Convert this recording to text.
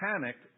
panicked